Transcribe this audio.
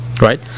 Right